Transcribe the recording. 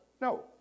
no